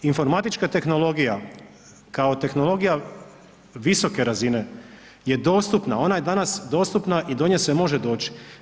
Informatička tehnologija kao tehnologija visoke razine je dostupna, ona je danas dostupna i do nje se može doći.